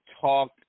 talk